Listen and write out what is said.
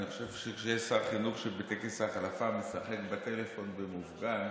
אני חושב ששר חינוך שבטקס ההחלפה משחק בטלפון במופגן,